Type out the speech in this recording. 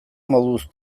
moduz